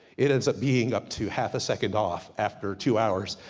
it ends up being up to half a second off after two hours,